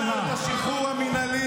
על מה אתה מדבר?